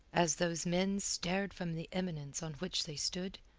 as those men stared from the eminence on which they stood,